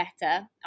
better